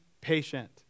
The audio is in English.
patient